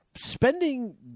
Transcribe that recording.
spending